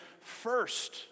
first